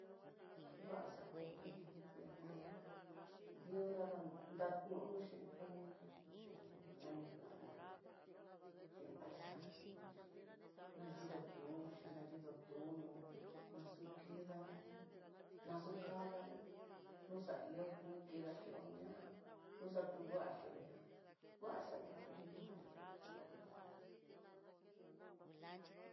Ngua xako tecnologia kó, dio dada danono xhin familia noxhion na nitano, xhin paisano xhin ñadinutuxhi, ñadino tunu asu kidanó nakadanó no xa ihó kio kidachi oña'a, noxanguaxhi oña'a ngua xaihó tecnologia jun.